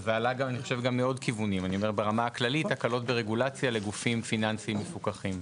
אני אומר שברמה הכללית מדובר בהקלות ברגולציה לגופים פיננסיים מפוקחים,